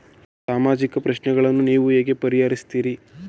ಸಾಮಾಜಿಕ ಪ್ರಶ್ನೆಗಳನ್ನು ನೀವು ಹೇಗೆ ಪರಿಹರಿಸುತ್ತೀರಿ?